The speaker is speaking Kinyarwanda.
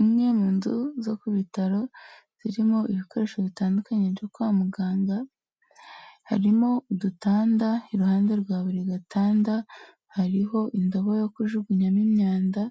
Imwe mu nzu zo ku bitaro zirimo ibikoresho bitandukanye byo kwa muganga, harimo udutanda, iruhande rwa buri gatanda hariho indobo yo kujugunyamo imyanda,